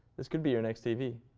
this could be your next tv.